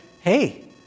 hey